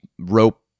rope